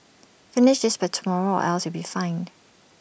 finish this by tomorrow or else you'll be fired